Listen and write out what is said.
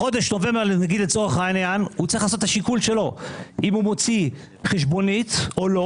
הוא צריך לעשות את השיקול שלו האם הוא מוציא חשבונית או לא?